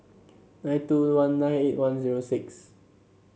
nine two one nine eight one zero six